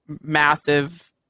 massive